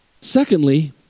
Secondly